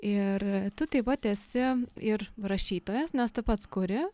ir tu taip pat esi ir rašytojas nes tu pats kuri